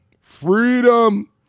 Freedom